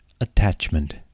attachment